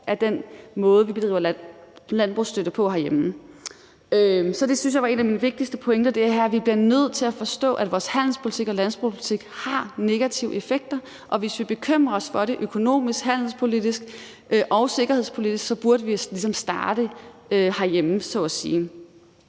af den måde, vi bedriver landbrugsstøtte på herhjemme. Så det synes jeg var en af mine vigtigste pointer, altså at vi bliver nødt til at forstå, at vores handelspolitik og landbrugspolitik har negative effekter, og at vi, hvis vi bekymrer os for det økonomiske, handelspolitiske og sikkerhedspolitiske, så ligesom burde starte herhjemme. Så min